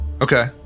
Okay